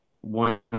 one